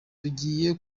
tugiye